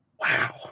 Wow